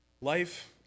Life